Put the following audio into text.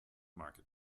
market